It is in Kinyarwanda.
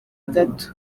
gato